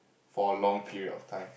for a long period of time